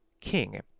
king